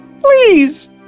Please